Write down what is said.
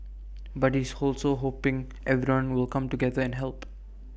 but he's also hoping everyone will come together and help